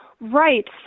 Right